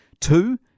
Two